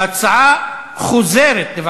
התשע"ו 2016,